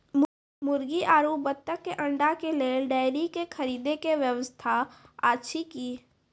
मुर्गी आरु बत्तक के अंडा के लेल डेयरी के खरीदे के व्यवस्था अछि कि?